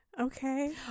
Okay